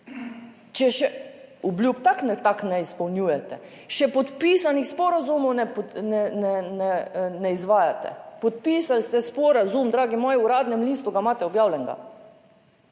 Če še obljub tako in tako ne izpolnjujete, še podpisanih sporazumov ne izvajate. Podpisali ste sporazum, dragi moji, v Uradnem listu ga imate objavljenega